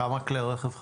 כמה כלי רכב חסרים?